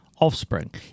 offspring